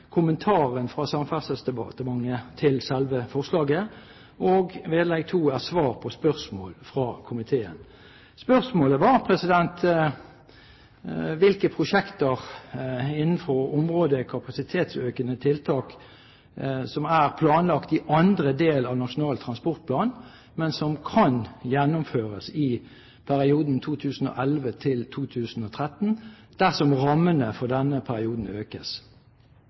kommentaren fra Samferdselsdepartementet til selve forslaget, og vedlegg 2 er svar på spørsmål fra komiteen. Spørsmålet var hvilke prosjekter innenfor området Kapasitetsøkende tiltak som er planlagt i andre del av Nasjonal transportplan, men som kan gjennomføres i perioden 2011–2013 dersom rammene for denne perioden økes.